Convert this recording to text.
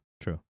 true